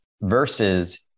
versus